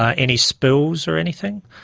ah any spills or anything,